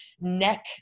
neck